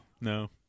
no